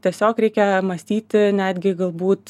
tiesiog reikia mąstyti netgi galbūt